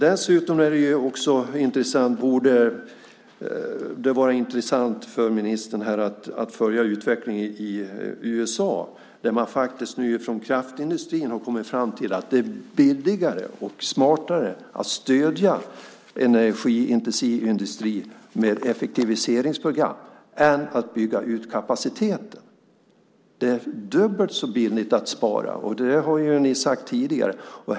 Dessutom borde det vara intressant för ministern att följa utvecklingen i USA, där man nu inom kraftindustrin har kommit fram till att det är billigare och smartare att stödja energiintensiv industri med effektiviseringsprogram än att bygga ut kapaciteten. Det är dubbelt så billigt att spara. Det har ju ni sagt tidigare.